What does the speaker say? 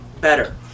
better